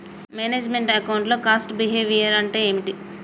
Manage meant account లో cost behaviour అంటే ఏమిటి?